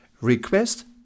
Request